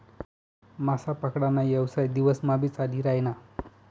मासा पकडा ना येवसाय दिवस मा भी चाली रायना